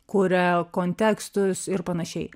kuria kontekstus ir panašiai